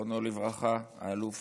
זיכרונו לברכה, האלוף